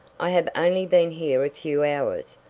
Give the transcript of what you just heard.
i have only been here a few hours,